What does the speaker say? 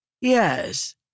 Yes